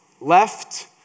Left